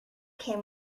came